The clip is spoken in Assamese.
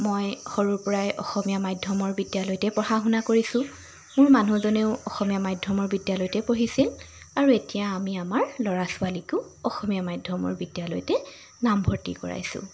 মই সৰুৰ পৰাই অসমীয়া মাধ্যমৰ বিদ্যালয়তে পঢ়া শুনা কৰিছোঁ মোৰ মানুহজনেও অসমীয়া মাধ্যমৰ বিদ্যালয়তে পঢ়িছিল আৰু এতিয়া আমি আমাৰ ল'ৰা ছোৱালীকো অসমীয়া মাধ্যমৰ বিদ্যালয়তে নাম ভৰ্তি কৰাইছো